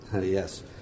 Yes